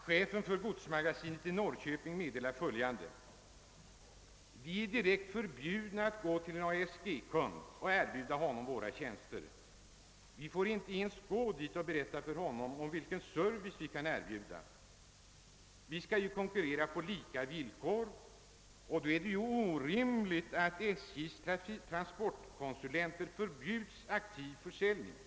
Chefen för godsmagasinet i Norrköping meddelar att vederbörande är direkt förbjudna att gå till en ASG-kund och erbjuda honom SJ:s tjänster. De får inte ens gå dit och berätta för honom om vilken service de kan erbjuda. De skall ju konkurrera på lika villkor, och då är det orimligt, att SJ:s transportkonsulenter förbjuds aktiv försäljning.